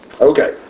Okay